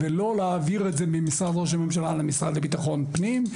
לא להעביר את זה ממשרד ראש הממשלה למשרד לביטחון פנים,